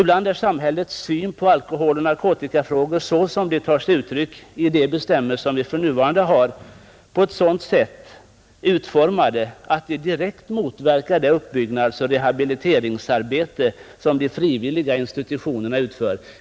Ibland är samhällets syn på alkoholoch narkotikafrågor såsom den tar sig uttryck i gällande bestämmelser utformad på ett sådant sätt att den direkt motverkar det uppbyggnadsoch rehabiliteringsarbete som de frivilliga institutionerna utför.